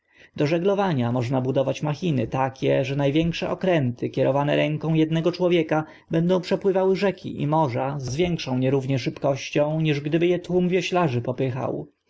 żeglowania można budować machiny takie że na większe okręty kierowane ręką ednego człowieka będą przepływały rzeki i morza z większą nierównie szybkością niż gdyby e tłum wioślarzy popychał